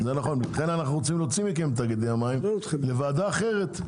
לכן אנחנו רוצים להוציא מכם את תאגידי המים לוועדה אחרת.